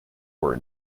were